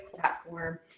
platform